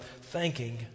thanking